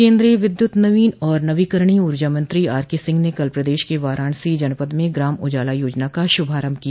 केन्द्रीय विद्युत नवीन और नवीकरणीय ऊर्जा मंत्री आरके सिंह ने कल प्रदेश के वाराणसी जनपद में ग्राम उजाला योजना का शुभारंभ किया